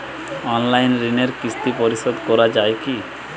Online ঋণের কিস্তি পরিশোধ করা যায় কি?